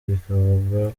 bikavugwa